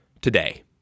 Today